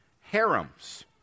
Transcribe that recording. harems